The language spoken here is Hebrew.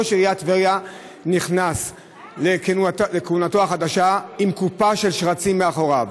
ראש עיריית טבריה נכנס לכהונתו החדשה עם קופה של שרצים מאחוריו.